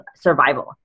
survival